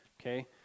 Okay